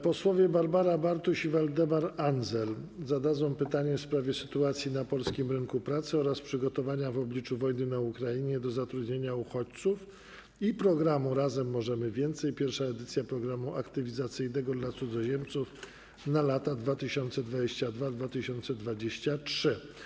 Posłowie Barbara Bartuś i Waldemar Andzel zadadzą pytanie w sprawie sytuacji na polskim rynku pracy oraz przygotowania, w obliczu wojny na Ukrainie, do zatrudnienia uchodźców i programu ˝Razem możemy więcej - pierwsza edycja programu aktywizacyjnego dla cudzoziemców na lata 2022-2023˝